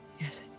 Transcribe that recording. Yes